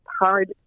hard